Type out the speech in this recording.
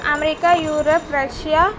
America Europe Russia